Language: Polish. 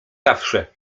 zawsze